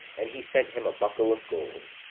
and he sent him a buckle of gold,